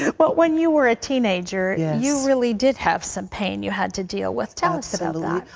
when you were a teenager, yeah you really did have some pain you had to deal with. tell sort of yeah